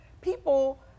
People